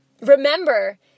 remember